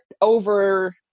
over